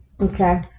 Okay